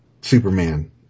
Superman